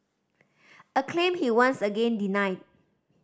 a claim he once again denied